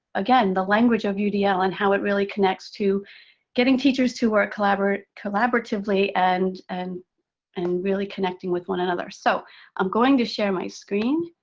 again, the language of udl, and how it really connects to getting teachers to work collaboratively, and and and really connecting with one another. so i'm going to share my screen,